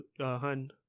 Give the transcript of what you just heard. hun